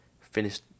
Finished